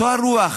אותה רוח